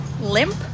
limp